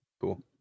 Cool